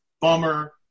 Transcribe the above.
Bummer